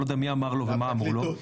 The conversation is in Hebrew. אני לא יודע מי אמר לו ומה אמרו לו.